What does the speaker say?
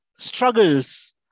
Struggles